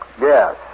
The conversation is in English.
yes